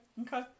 Okay